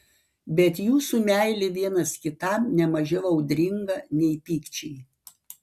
bet jūsų meilė vienas kitam ne mažiau audringa nei pykčiai